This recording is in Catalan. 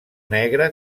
negre